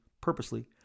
purposely